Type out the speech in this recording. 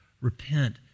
Repent